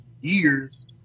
years